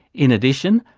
in addition,